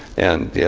and, yeah